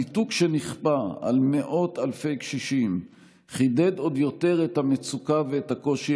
הניתוק שנכפה על מאות אלפי קשישים חידד עוד יותר את המצוקה והקושי